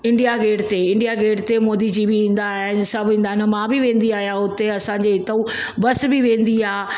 India gate ते India gate ते मोदी जी बि ईंदा आहिनि सभु ईंदा आहिनि मां बि वेंदी आहियां हुते असांजे हितऊं बस बि वेंदी आहे